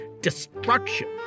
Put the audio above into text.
destruction